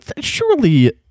surely